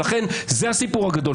זה הסיפור הגדול.